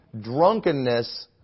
Drunkenness